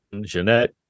Jeanette